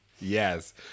Yes